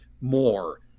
more